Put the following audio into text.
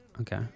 Okay